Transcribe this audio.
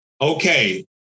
Okay